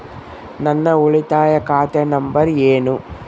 ನನ್ನ ಉಳಿತಾಯ ಖಾತೆ ನಂಬರ್ ಏನು?